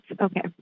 okay